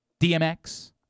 DMX